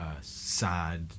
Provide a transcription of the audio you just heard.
sad